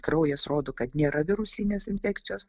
kraujas rodo kad nėra virusinės infekcijos